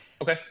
Okay